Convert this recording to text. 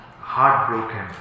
heartbroken